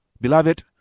Beloved